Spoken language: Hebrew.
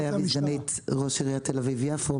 סגנית ראש עיריית תל אביב-יפו,